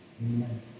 Amen